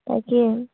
তাকে